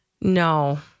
No